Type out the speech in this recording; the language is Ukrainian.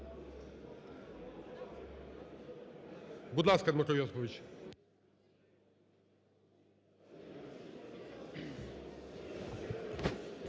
Будь ласка, Дмитро Йосипович.